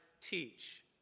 teach